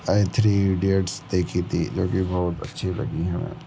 आई three idiots देखी थी जो की बहुत अच्छी लगी हमें